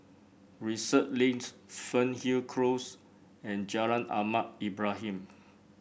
Research Link Fernhill Close and Jalan Ahmad Ibrahim